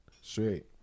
Straight